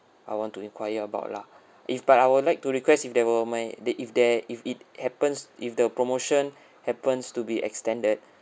I want to enquire about lah if but I would like to request if there will might that if there if it happens if the promotion happens to be extended